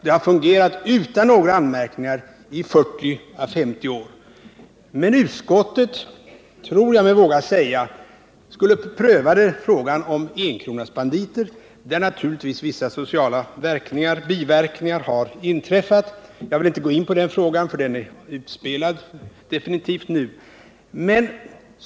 Det har fungerat utan några anmärkningar i 40-50 år. Men utskottet skulle, tror jag mig våga säga, pröva frågan om enkronasbanditer, där naturligtvis vissa sociala biverkningar har inträffat. Jag vill inte gå in på den frågan, den är definitivt utspelad nu.